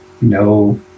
no